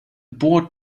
board